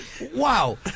Wow